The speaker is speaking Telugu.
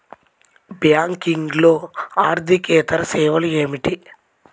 బ్యాంకింగ్లో అర్దికేతర సేవలు ఏమిటీ?